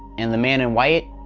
and the man in white,